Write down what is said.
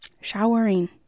Showering